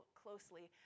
closely